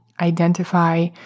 identify